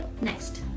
Next